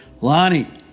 Lonnie